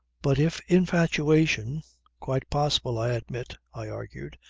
but if infatuation quite possible i admit, i argued,